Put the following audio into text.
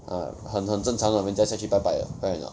ah 很很正常的人家下去拜拜的 right anot